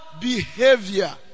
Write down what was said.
behavior